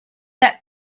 that